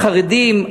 החרדים,